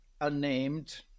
unnamed